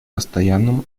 постоянному